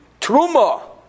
truma